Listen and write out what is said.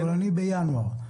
אנחנו בינואר,